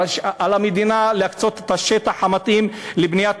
ואז על המדינה להקצות את השטח המתאים לבניית